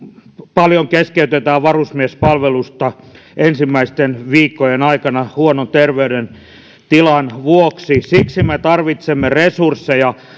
paljon keskeytetään varusmiespalvelusta ensimmäisten viikkojen aikana huonon terveydentilan vuoksi siksi me tarvitsemme resursseja